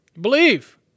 Believe